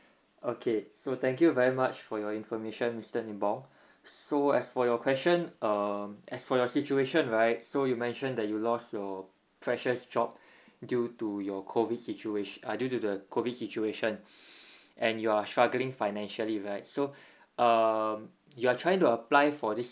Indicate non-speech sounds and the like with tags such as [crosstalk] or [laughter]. okay so thank you very much for your information mister nibong so as for your question um as for your situation right so you mentioned that you lost your precious job [breath] due to your COVID situation uh due to the COVID situation [breath] and you're struggling financially right so [breath] um you are trying to apply for this